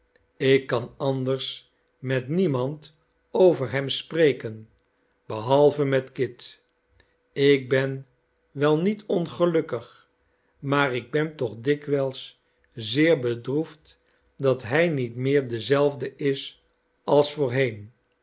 ik kan anders met niemand over hem spreken behalve met kit ik ben wel niet ongelukkig maar ik ben toch dikwijls zeer bedroefd dat hij niet meer dezelfde is als voorheen